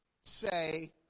say